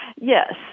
Yes